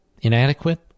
Inadequate